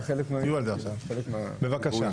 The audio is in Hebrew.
בבקשה.